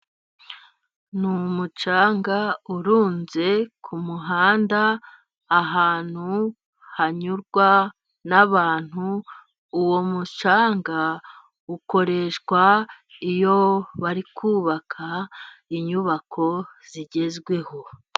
Ni umucanga urunze ku muhanda ahantu hanyurwa n'abantu, uwo mucanga ukoreshwa iyo bari kubaka inyubako zigezweho.